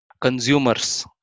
consumers